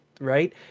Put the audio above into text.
right